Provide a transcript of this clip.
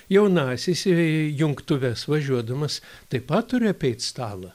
jaunasis į jungtuves važiuodamas taip pat turi apeit stalą